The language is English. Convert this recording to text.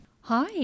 hi